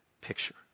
picture